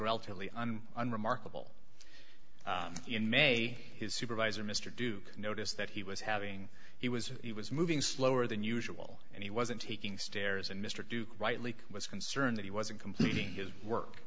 relatively unremarkable in may his supervisor mr duke noticed that he was having he was he was moving slower than usual and he wasn't taking stairs and mr duke rightly was concerned that he wasn't completing his work